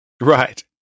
Right